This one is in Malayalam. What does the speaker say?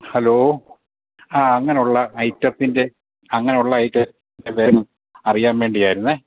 ഹലോ ആ അങ്ങനെയുള്ള ഐറ്റത്തിൻ്റെ അങ്ങനെയുള്ള ഐറ്റത്തിൻ്റെ വിലയൊന്ന് അറിയാൻ വേണ്ടിയായിരുന്നെ